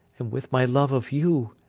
and with my love of you,